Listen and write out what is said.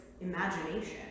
imagination